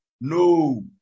no